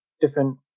different